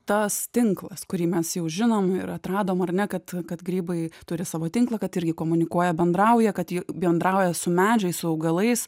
tas tinklas kurį mes jau žinom ir atradom ar ne kad kad grybai turi savo tinklą kad irgi komunikuoja bendrauja kad jie bendrauja su medžiais su augalais